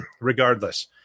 regardless